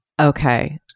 Okay